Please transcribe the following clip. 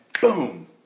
boom